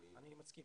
אני מסכים.